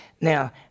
Now